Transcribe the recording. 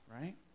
right